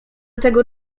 tego